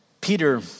Peter